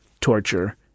torture